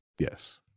Yes